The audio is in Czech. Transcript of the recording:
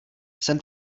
jsem